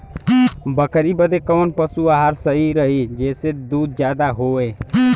बकरी बदे कवन पशु आहार सही रही जेसे दूध ज्यादा होवे?